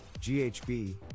GHB